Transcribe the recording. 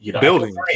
buildings